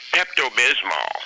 Pepto-Bismol